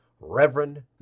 Reverend